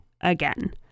again